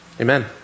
Amen